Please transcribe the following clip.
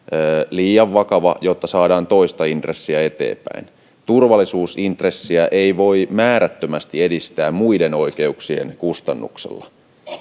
liian vakava jotta saadaan toista intressiä eteenpäin turvallisuusintressiä ei voi määrättömästi edistää muiden oikeuksien kustannuksella